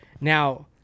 Now